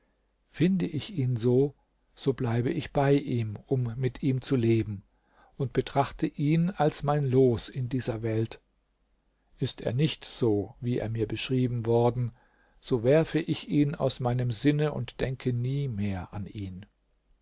finde ich ihn so so bleibe ich bei ihm um mit ihm zu leben und betrachte ihn als mein los in dieser welt ist er nicht so wie er mir beschrieben worden so werfe ich ihn aus meinem sinne und denke nie mehr an ihn